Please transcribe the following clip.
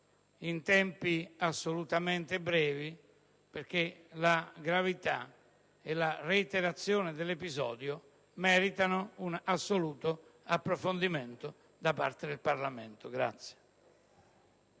in tempi brevi, perché la gravità e la reiterazione dell'episodio meritano un adeguato approfondimento da parte del Parlamento.